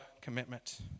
commitment